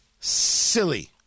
Silly